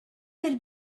had